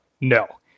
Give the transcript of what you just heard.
no